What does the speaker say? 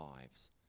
lives